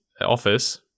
office